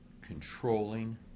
controlling